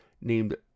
named